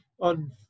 on